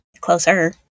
Closer